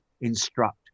instruct